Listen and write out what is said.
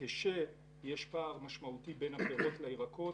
כאשר יש פער משמעותי בין הפירות לירקות.